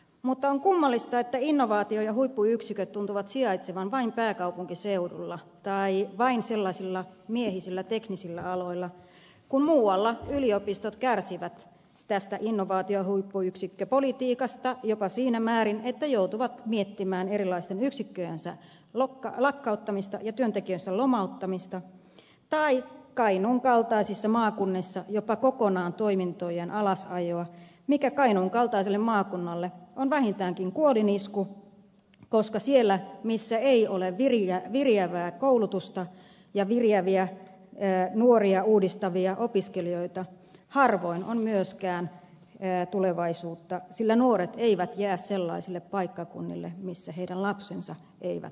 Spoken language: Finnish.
mutta on kummallista että innovaatio ja huippuyksiköt tuntuvat sijaitsevan vain pääkaupunkiseudulla tai vain miehisillä teknisillä aloilla kun muualla yliopistot kärsivät tästä innovaatiohuippuyksikkö politiikasta jopa siinä määrin että joutuvat miettimään erilaisten yksikköjensä lakkauttamista ja työntekijöidensä lomauttamista tai kainuun kaltaisissa maakunnissa jopa kokonaan toimintojen alasajoa mikä kainuun kaltaiselle maakunnalle on vähintäänkin kuolinisku koska siellä missä ei ole viriävää koulutusta ja viriäviä nuoria uudistavia opiskelijoita harvoin on myöskään tulevaisuutta sillä nuoret eivät jää sellaisille paikkakunnille missä heidän lapsensa eivät pysty kouluttautumaan